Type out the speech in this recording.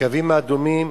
והקווים האדומים: